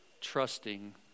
trusting